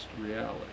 reality